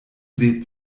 seht